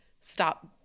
stop